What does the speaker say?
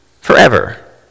forever